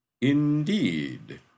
Indeed